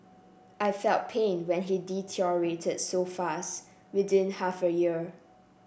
I felt pain when he deteriorated so fast within half a year